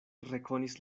rekonis